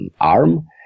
arm